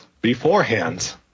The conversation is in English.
beforehand